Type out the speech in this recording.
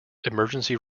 emergency